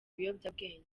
biyobyabwenge